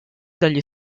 dagli